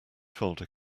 folder